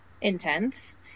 intense